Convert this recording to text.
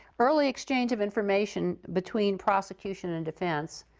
early exchange of information between prosecution and defense.